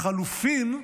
לחלופין,